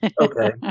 Okay